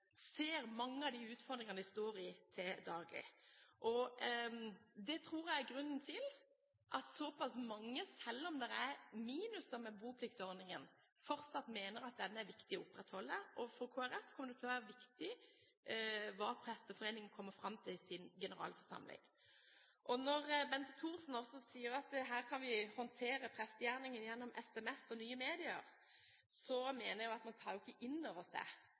ser mange av de utfordringene de står i, daglig. Det tror jeg er grunnen til at såpass mange, selv om det er minuser ved den, fortsatt mener at det er viktig å opprettholde bopliktordningen. For Kristelig Folkeparti kommer det til å være viktig hva Presteforeningen kommer fram til på sin generalforsamling. Når Bente Thorsen sier at vi her kan håndtere prestegjerningen gjennom SMS og nye medier, mener jeg at man ikke tar inn over seg at på noen områder er kanskje nærhet det